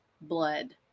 blood